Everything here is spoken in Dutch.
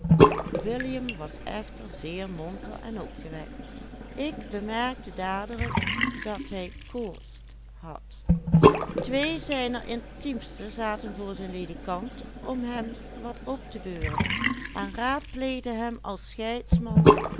bemerkte dadelijk dat hij koorts had twee zijner intiemsten zaten voor zijn ledikant om hem wat op te beuren en raadpleegden hem als